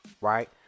right